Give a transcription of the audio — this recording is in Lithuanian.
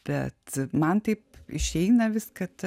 bet man taip išeina vis kad